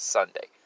Sunday